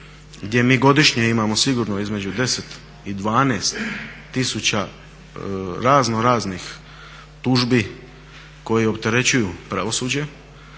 gdje mi godišnje imamo sigurno između 10 i 12 tisuća raznoraznih tužbi koje opterećuju pravosuđe.